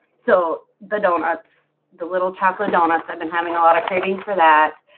so the donuts the little chocolate donuts i've been having auto cravings for that